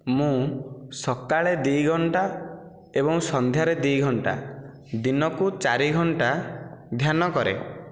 ମୁଁ ସକାଳେ ଦୁଇ ଘଣ୍ଟା ଏବଂ ସନ୍ଧ୍ୟାରେ ଦୁଇ ଘଣ୍ଟା ଦିନକୁ ଚାରି ଘଣ୍ଟା ଧ୍ୟାନ କରେ